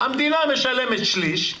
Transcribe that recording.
המדינה משלמת שליש,